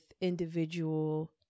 individual